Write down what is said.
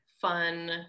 fun